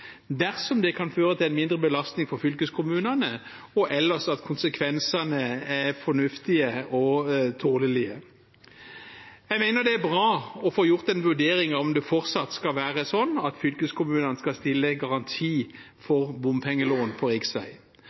dersom det kan føre til mindre belastning for fylkeskommunene og at konsekvensene ellers er fornuftige og tålelige. Jeg mener det er bra å få gjort en vurdering av om det fortsatt skal være slik at fylkeskommunene skal stille garanti for bompengelån på